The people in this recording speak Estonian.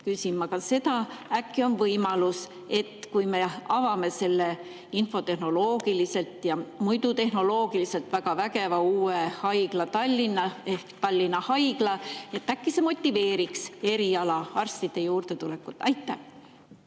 küsin ma seda, kas äkki on võimalus, et kui me avame Tallinnas selle infotehnoloogiliselt ja muidu tehnoloogiliselt väga vägeva uue haigla ehk Tallinna Haigla, siis see motiveeriks erialaarstide juurde tulekut. Aitäh!